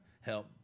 help